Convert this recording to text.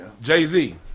Jay-Z